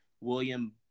William